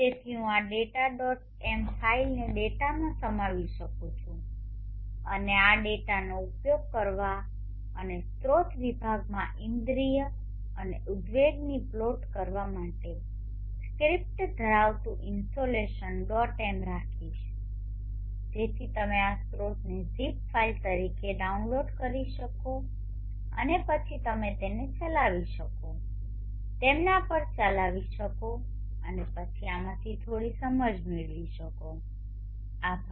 તેથી હું આ ડેટા ડોટ એમ ફાઇલને ડેટામાં સમાવી શકું છું અને આ ડેટાનો ઉપયોગ કરવા અને સ્ત્રોત વિભાગમાં ઇન્દ્રિય અને ઉદ્વેગની પ્લોટ કરવા માટે સ્ક્રિપ્ટ ધરાવતું ઇનસોલેશન ડોટ એમ રાખીશ જેથી તમે આ સ્રોતને ઝિપ ફાઇલ તરીકે ડાઉનલોડ કરી શકો અને પછી તમે તેમને ચલાવી શકે છે તેમના પર ચલાવી શકો છો અને પછી આમાંથી થોડી સમજ મેળવી શકો છો